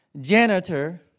Janitor